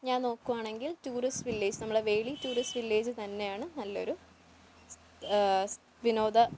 ഞാൻ നോക്കുവാണെങ്കിൽ tourist village നമ്മളെ വേളി ടൂറിസ്റ്റ് വില്ലേജ് തന്നെയാണ് നല്ലൊരു വിനോദ